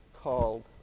called